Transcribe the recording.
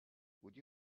would